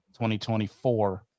2024